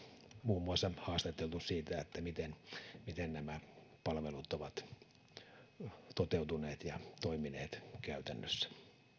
muun muassa omaisia haastateltu siitä miten miten nämä palvelut ovat toteutuneet ja toimineet käytännössä